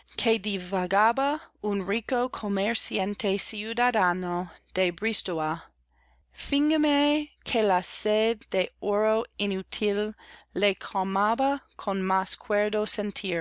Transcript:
un rico comerciante ciudadano de bristowa fingime que la sed de oro inútil le calmaba con más